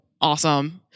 awesome